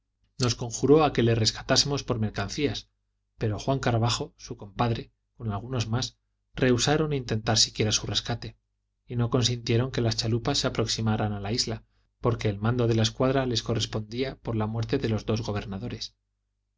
conjuró a que le rescatásemos por mercancías pero juan carvajo su compadre con algunos más rehusaron intentar siquiera su rescate y no consintieron que las chalupas se aproximaran a la isla porque el mando de la escuadra les correspondía por la muerte de los dos gobernadores